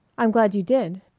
i'm glad you did.